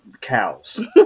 cows